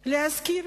להזכיר